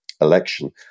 election